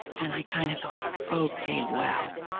and i kind of thought, okay, wow,